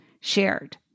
Shared